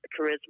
charisma